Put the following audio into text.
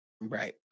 Right